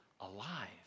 alive